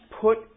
put